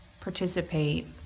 participate